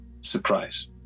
surprise